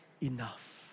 enough